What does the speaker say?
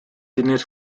tener